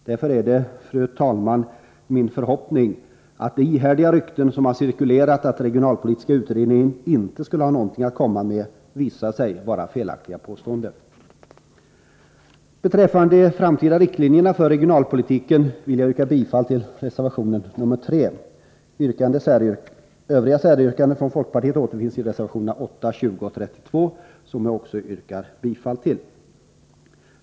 Därför är det, fru talman, min förhoppning att de ihärdiga rykten som har cirkulerat om att den regionalpolitiska utredningen inte skulle ha någonting Nr 157 att komma med visar sig vara felaktiga påståenden. Tisdagen den Beträffande de framtida riktlinjerna för regionalpolitiken vill jag yrka 29 maj 1984 bifall till reservation 3. Övriga säryrkanden från folkpartiet återfinns i reservationerna 8, 20 och 32, som jag också yrkar bifall till.